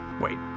Wait